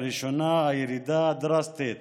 הראשון, הירידה הדרסטית